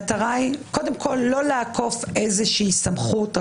כמו שממילא קורה כשמאשרים תקציב מדינה.